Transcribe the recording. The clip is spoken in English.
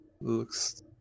Looks